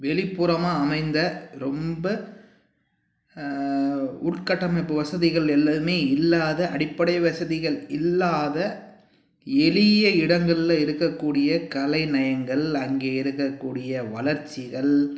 வெளிப்புறமாக அமைந்த ரொம்ப உட்கட்டமைப்பு வசதிகள் எல்லாமே இல்லாத அடிப்படை வசதிகள் இல்லாத எளிய இடங்களில் இருக்கக்கூடிய கலை நயங்கள் அங்கே இருக்கக்கூடிய வளர்ச்சிகள்